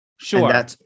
Sure